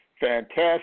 fantastic